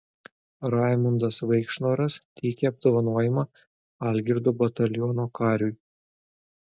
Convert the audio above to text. raimundas vaikšnoras teikia apdovanojimą algirdo bataliono kariui